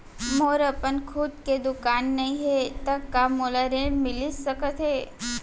मोर अपन खुद के दुकान नई हे त का मोला ऋण मिलिस सकत?